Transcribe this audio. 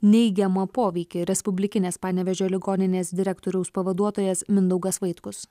neigiamą poveikį respublikinės panevėžio ligoninės direktoriaus pavaduotojas mindaugas vaitkus